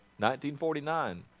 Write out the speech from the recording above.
1949